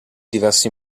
diversi